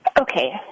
Okay